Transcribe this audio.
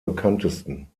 bekanntesten